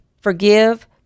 forgive